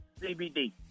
CBD